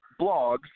Blogs